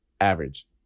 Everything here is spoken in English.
average